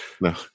no